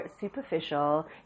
superficial